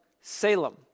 Salem